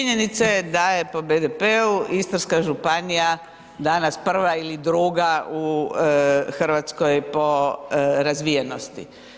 Činjenica da je po BDP-u Istarska županija danas prva ili druga u Hrvatskoj po razvijenosti.